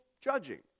judging